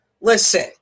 Listen